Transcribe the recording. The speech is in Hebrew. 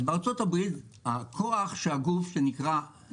בארצות הברית הכוח של הגוף Nation